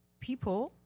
people